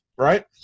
right